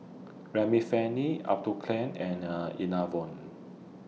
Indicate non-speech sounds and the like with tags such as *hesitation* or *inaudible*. Remifemin Atopiclair and *hesitation* Enervon